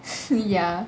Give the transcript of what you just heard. ya